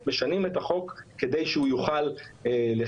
משנים את החוק כדי שהוא יוכל לכהן.